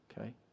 okay